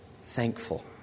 Thankful